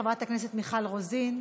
חברת הכנסת מיכל רוזין,